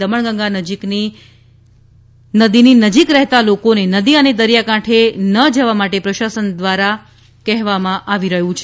દમણગંગા નદી ની નજીક રહેતા લોકોને નદી અને દરિયા કાંઠે જવા માટે પ્રશાસન દ્રારા રોકવામાં આવી રહ્યા છે